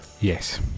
Yes